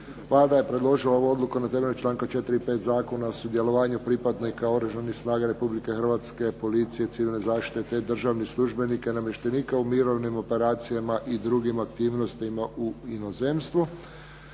Vlada je predložila ovu odluku na temelju članka 4. i 5. Zakona o sudjelovanju pripadnika Oružanih snaga Republike Hrvatske, policije, civilne zaštite, te državnih službenika i namještenika u mirovnim operacijama i drugim aktivnostima u inozemstvu.